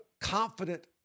confident